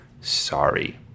Sorry